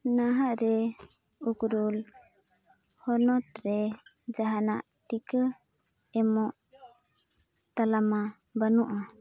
ᱱᱟᱦᱟᱜ ᱨᱮ ᱩᱠᱨᱩᱞ ᱦᱚᱱᱚᱛ ᱨᱮ ᱡᱟᱦᱟᱱᱟᱜ ᱴᱤᱠᱟᱹ ᱮᱢᱚᱜ ᱛᱟᱞᱢᱟ ᱵᱟᱹᱱᱩᱜᱼᱟ